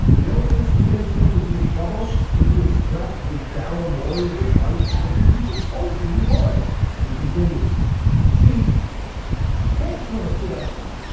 you don't think stephen a smith would be in trouble if he expressed a darrow mori was right attitude. he just told you he would he continues see folks want to sit up here